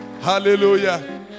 Hallelujah